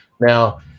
Now